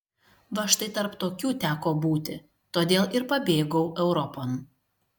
va štai tarp tokių teko būti todėl ir pabėgau europon